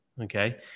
Okay